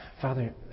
Father